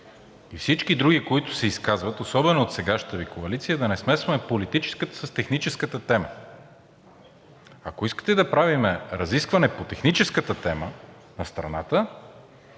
и всички други, които се изказват, особено от сегашната Ви коалиция, да не смесваме политическата с техническата тема. Ако искате да правим разискване по техническата тема на страната